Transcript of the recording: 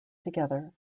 together